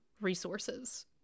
resources